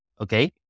okay